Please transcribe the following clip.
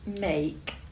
make